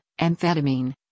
amphetamine